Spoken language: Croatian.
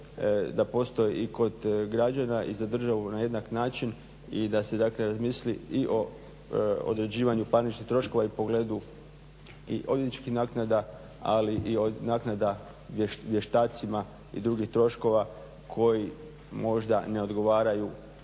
da postoji i kod građana i za državu na jednak način i da se razmisli i o određivanju parničnih troškova i pogledu i odvjetničkih naknada ali i naknada vještacima i drugih troškova koji možda ne odgovaraju